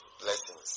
blessings